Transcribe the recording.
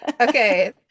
okay